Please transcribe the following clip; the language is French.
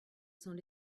cents